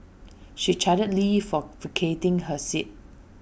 she chided lee for vacating her seat